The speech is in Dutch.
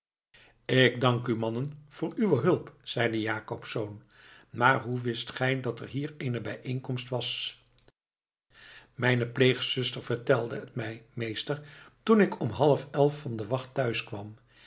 ik dank u mannen voor uwe hulp zeide jacobsz maar hoe wist gij dat er hier eene bijeenkomst was mijne pleegzuster vertelde het mij meester toen ik om halfelf van de wacht